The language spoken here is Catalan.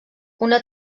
una